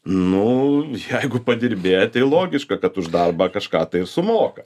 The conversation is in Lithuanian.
nu jeigu padirbė tai logiška kad už darbą kažką tai ir sumoka